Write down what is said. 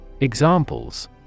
Examples